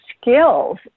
skills